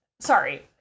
Sorry